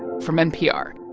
from npr